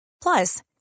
Plus